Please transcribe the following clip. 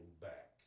back